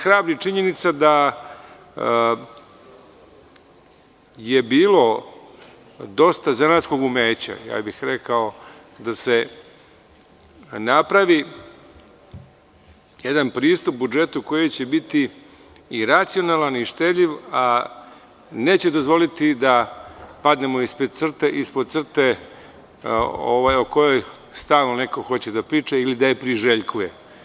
Hrabri me činjenica da je bilo dosta zanatskog umeća, rekao bih, da se napravi jedan pristup budžetu koji će biti i racionalan i štedljiv, a neće dozvoliti da padnemo ispod crte o kojoj stalno neko hoće da priča ili da je priželjkuje.